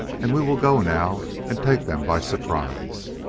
and we will go now and take them by surprise.